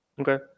Okay